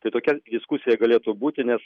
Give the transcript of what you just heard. tai tokia diskusija galėtų būti nes